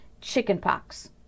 chickenpox